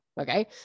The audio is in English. okay